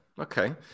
Okay